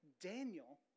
Daniel